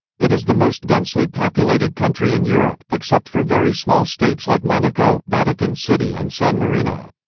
it is the most densely populated country in europe, except for very small states like monaco, vatican city and san marino.